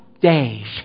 days